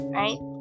right